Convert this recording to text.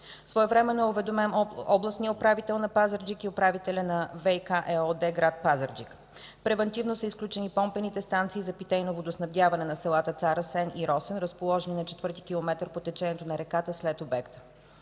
Своевременно е уведомен областният управител на Пазарджик и управителят на „ВиК” ЕООД – град Пазарджик. Превантивно са изключени помпените станции за питейно водоснабдяване на селата Цар Асен и Росен, разположени на 4-ти километър по течението на реката, след обекта.